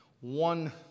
one